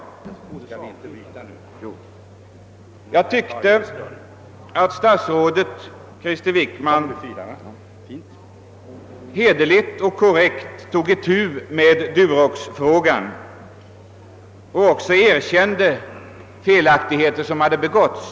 Jag tyckte att statsrådet Wickman hederligt och korrekt tog itu med Duroxfrågan och också erkände felaktigheter som hade begåtts.